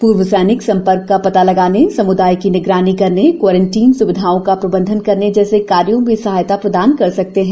पूर्व सैनिक संपर्क का पता लगाने सम्दाय की निगरानी करने क्वारंटाइन स्विधाओं का प्रबंधन करने जैसे कार्यों में सहायता प्रदान कर सकते हैं